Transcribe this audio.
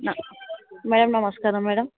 madam నమస్కారం madam